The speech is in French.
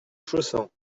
chaussin